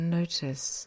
notice